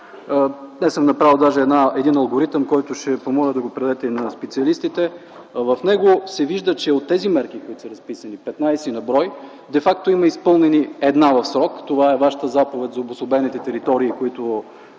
аз съм направил даже един алгоритъм, който ще ви помоля да го предадете на специалистите. (Показва схемата.) В него се вижда, че от тези мерки, които са разписани – 15 на брой, де факто има изпълнени една в срок, това е с Ваша заповед за обособените територии, които